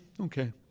okay